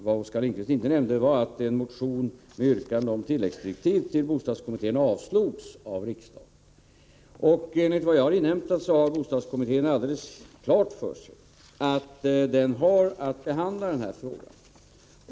Vad Oskar Lindkvist inte nämnde var att en motion med yrkande om tilläggsdirektiv till bostadskommittén avslogs av riksdagen. Enligt vad jag har inhämtat har bostadskommittén alldeles klart för sig att den har att behandla den här frågan.